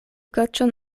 kaĉon